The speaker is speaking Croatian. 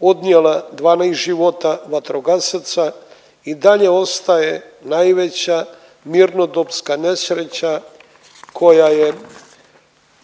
odnijela 12 života vatrogasaca i dalje ostaje najveća mirnodopska nesreća koja je